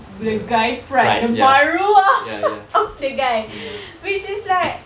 the guy's pride the maruah of the guy which is like